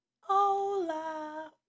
Hola